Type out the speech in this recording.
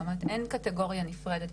זאת אומרת אין קטגוריה נפרדת,